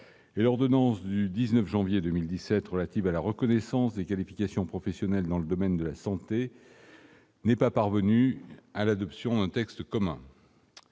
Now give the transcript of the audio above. l'ordonnance n° 2017-50 du 19 janvier 2017 relative à la reconnaissance des qualifications professionnelles dans le domaine de la santé n'est pas parvenue à l'adoption d'un texte commun.